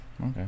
Okay